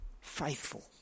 faithful